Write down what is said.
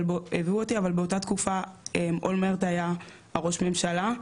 אבל באותה תקופה אולמרט היה ראש הממשלה,